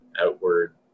outward